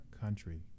country